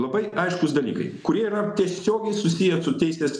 labai aiškūs dalykai kurie yra tiesiogiai susiję su teisės